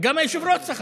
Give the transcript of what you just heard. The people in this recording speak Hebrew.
גם היושב-ראש צחק.